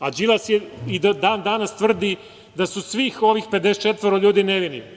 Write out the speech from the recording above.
A Đilas i dan danas tvrdi da su svih ovih 54 ljudi nevini.